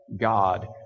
God